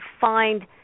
find